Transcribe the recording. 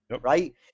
right